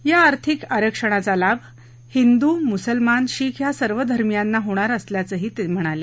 या आर्थिक आरक्षणाचा लाभ हिंदू मुसलमान शिख या सर्व धर्मीयांना होणार असल्याचंही त्यांनी सांगितलं